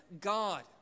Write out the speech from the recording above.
God